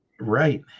Right